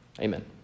Amen